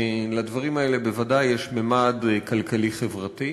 לדברים האלה בוודאי יש ממד כלכלי-חברתי,